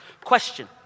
Question